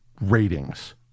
ratings